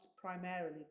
primarily